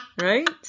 Right